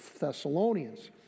Thessalonians